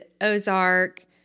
Ozark